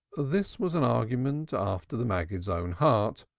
this was an argument after the maggid's own heart,